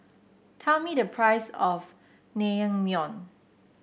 tell me the price of Naengmyeon